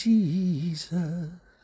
Jesus